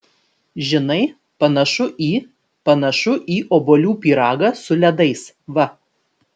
žinai panašu į panašu į obuolių pyragą su ledais va